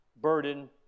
burden